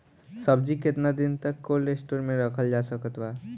सब्जी केतना दिन तक कोल्ड स्टोर मे रखल जा सकत बा?